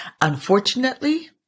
unfortunately